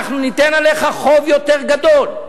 אנחנו נשית עליך חוב יותר גדול.